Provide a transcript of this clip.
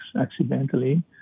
accidentally